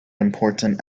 important